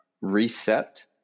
reset